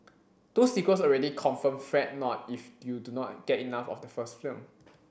two sequels already confirmed Fret not if you do not get enough of the first film